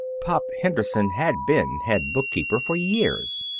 pop henderson had been head bookkeeper for years.